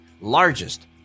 largest